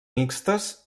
mixtes